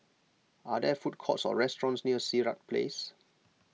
are there food courts or restaurants near Sirat Place